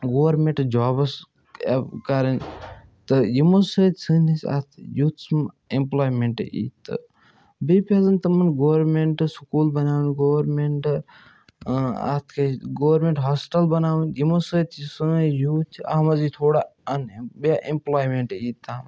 government جابَس کَرٕنۍ تہٕ یِمو سۭتۍ سٲنِس اَتھ یوٗتھَس منٛز اٮ۪مپلایمٮ۪نٛٹ یی تہٕ بیٚیہِ پزَن تِمَن گورمٮ۪نٛٹ سکوٗل بَناوٕنۍ گورمٮ۪نٛٹ اَتھ کیٛاہ چھِ گورمٮ۪نٛٹ ہاسپِٹل بَناوٕنۍ یِمو سۭتۍ یہِ سٲنۍ یوٗتھ چھِ اَتھ منٛز یی تھوڑا اَن اٮ۪م یہِ اٮ۪مپلایمٮ۪نٛٹ یی تامَتھ